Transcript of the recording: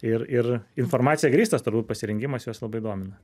ir ir informacija grįstas turbūt pasirengimas juos labai domina